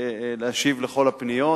להשיב על כל הפניות,